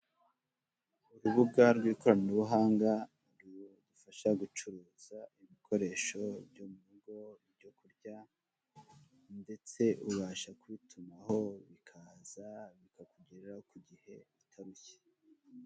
Urubuga rw'ikoranabuhanga, rufasha gucuruza ibikoresho byo mu rugo, ibyo kurya ndetse ubasha kubitumaho, bikaza bikakugereraho ku gihe utarushye.